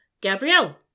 Gabrielle